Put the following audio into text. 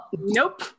Nope